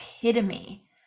epitome